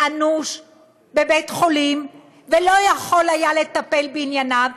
אנוש בבית-חולים ולא היה יכול לטפל בענייניו?